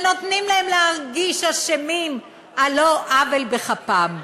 שנותנים להם להרגיש אשמים על לא עוול בכפם.